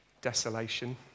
desolation